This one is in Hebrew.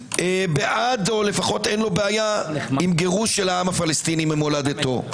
בעד או לפחות אין לו בעיה עם גירוש העם הפלסטיני ממולדתו.